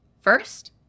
First